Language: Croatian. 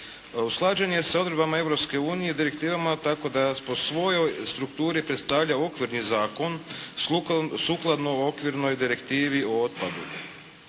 usklađen je sa odredbama Europske unije, direktivama tako da po svojoj strukturi predstavlja okvirni zakon, sukladno okvirnoj direktivi o otpadu.